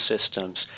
systems